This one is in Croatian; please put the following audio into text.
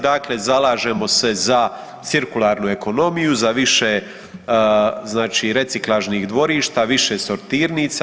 Dakle, zalažemo se za cirkularnu ekonomiju, za više znači reciklažnih dvorišta, više sortirnica.